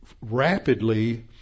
rapidly